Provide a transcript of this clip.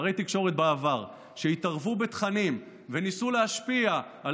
שרי תקשורת בעבר שהתערבו בתכנים וניסו להשפיע על